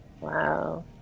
Wow